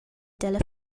dalla